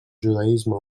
judaisme